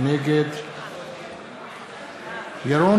נגד ירון